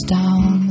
down